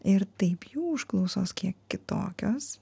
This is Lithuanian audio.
ir taip jų užklausos kiek kitokios